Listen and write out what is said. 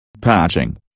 Patching